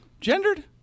Gendered